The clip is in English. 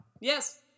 Yes